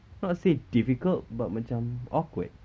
not say difficult but macam awkward